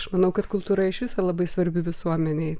aš manau kad kultūra iš viso labai svarbi visuomenei